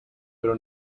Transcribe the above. pero